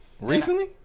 recently